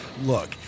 Look